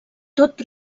tot